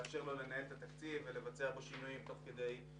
כדי לאפשר לו לנהל התקציב ולבצע בו שינויים לפי הצורך.